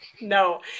No